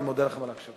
אני מודה לך מאוד.